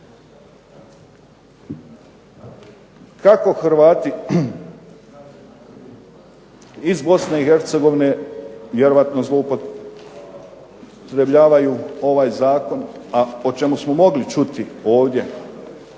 Kako Hrvati iz Bosne i Hercegovine vjerojatno zloupotrebljavaju ovaj zakon, a o čemu smo mogli čuti ovdje